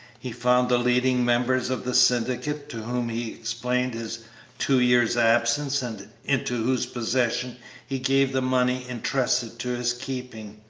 he found the leading members of the syndicate, to whom he explained his two years' absence and into whose possession he gave the money intrusted to his keeping.